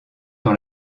dans